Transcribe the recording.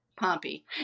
Pompey